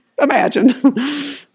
imagine